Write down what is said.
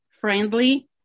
friendly